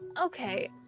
Okay